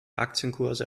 aktienkurse